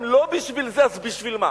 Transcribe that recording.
אם לא בשביל זה, אז בשביל מה?